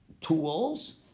tools